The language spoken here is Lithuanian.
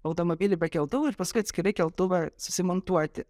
automobilį be keltuvų ir paskui atskirai keltuvą susimontuoti